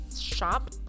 shop